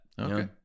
Okay